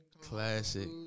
Classic